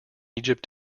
egypt